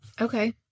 Okay